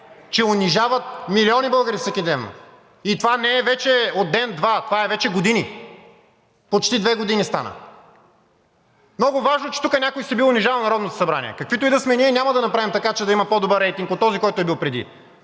че унижават милиони българи всекидневно и това не е вече от ден-два, това е вече години – стана почти две години. Много важно е, че тук някой си бил унижавал Народното събрание. Каквито и да сме, ние няма да направим така, че да има по-добър рейтинг от този, който е бил преди.